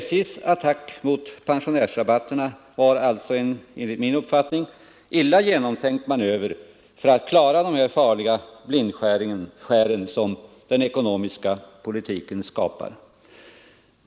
SJ:s attack mot pensionärsrabatterna var därför enligt min uppfattning en illa genomtänkt manöver för att klara de farliga blindskär som den ekonomiska politiken skapar.